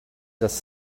just